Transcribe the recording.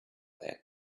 that